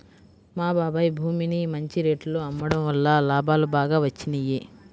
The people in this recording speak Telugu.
మా బాబాయ్ భూమిని మంచి రేటులో అమ్మడం వల్ల లాభాలు బాగా వచ్చినియ్యి